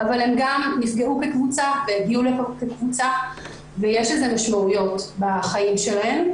אבל הן גם נפגעו כקבוצה והגיעו לפה לקבוצה ויש לזה משמעות בחיים שלהן.